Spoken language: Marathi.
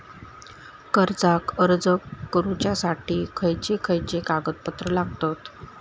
कर्जाक अर्ज करुच्यासाठी खयचे खयचे कागदपत्र लागतत